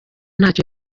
ntacyo